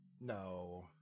No